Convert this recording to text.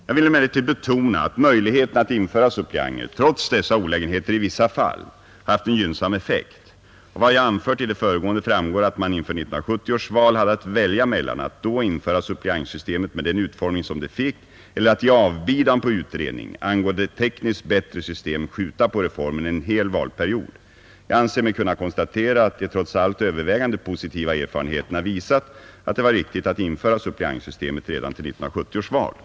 Jag vill emellertid betona att möjligheten att införa suppleanter, trots dessa olägenheter i vissa fall, haft en gynnsam effekt. Av vad jag anfört i det föregående framgår att man inför 1970 års val hade att välja mellan att då införa suppleantsystemet med den utformning som det fick eller att i avbidan på utredning angående ett tekniskt bättre system skjuta på reformen en hel valperiod. Jag anser mig kunna konstatera att de trots allt övervägande positiva erfarenheterna visat att det var riktigt att införa suppleantsystemet redan till 1970 års val.